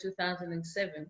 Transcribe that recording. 2007